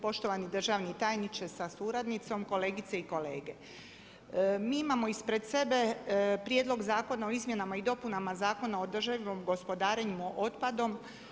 Poštovani državni tajniče sa suradnicom, kolegice i kolege, mi imamo ispred sebe prijedlog Zakona o izmjenama i dopunama Zakona o održivom gospodarenju otpadom.